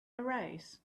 arise